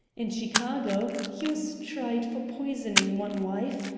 in chicago, he was tried for poisoning one wife,